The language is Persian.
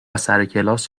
سرکلاس